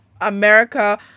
america